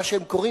מה שהם קוראים